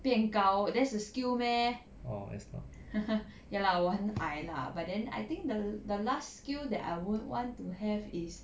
变高 that's a skill meh ya lah 我很矮 lah but then I think the the last skill that I would want to have is